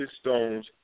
stones